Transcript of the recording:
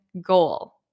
goal